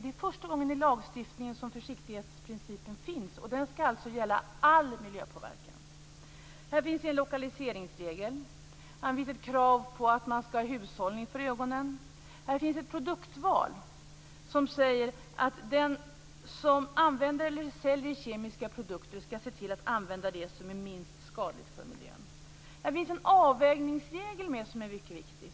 Det är första gången som försiktighetsprincipen finns med i lagstiftningen, och den skall alltså gälla all miljöpåverkan. Här finns lokaliseringsregeln och ett krav på att man skall ha hushållning för ögonen. Här finns ett produktval som innebär att den som använder eller säljer kemiska produkter skall se till att använda det som är minst skadligt för miljön. Här finns också en avvägningsregel med som är mycket viktig.